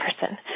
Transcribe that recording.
person